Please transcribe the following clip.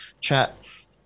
Chats